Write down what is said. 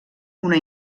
una